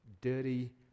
dirty